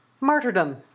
Martyrdom